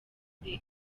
the